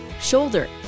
shoulder